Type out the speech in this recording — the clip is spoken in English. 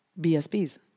BSBs